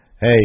hey